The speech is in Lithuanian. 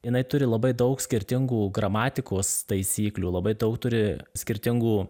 jinai turi labai daug skirtingų gramatikos taisyklių labai daug turi skirtingų